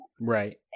right